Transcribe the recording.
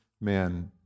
men